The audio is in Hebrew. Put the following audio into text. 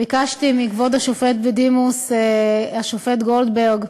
ביקשתי מכבוד השופט בדימוס, השופט גולדברג,